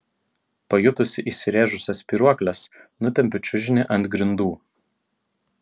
pajutusi įsirėžusias spyruokles nutempiu čiužinį ant grindų